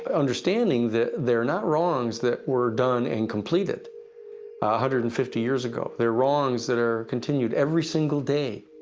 but understanding that they are not wrongs that were done and completed one hundred and fifty years ago. they are wrongs that are continued every single day.